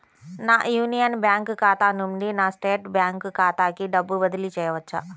నా union bank ఖాతా నుండి నా స్టేట్ బ్యాంకు ఖాతాకి డబ్బు బదిలి చేయవచ్చా?